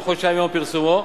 בתוך חודשיים מיום פרסומו,